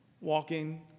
walking